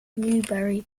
newbury